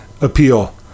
appeal